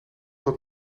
wat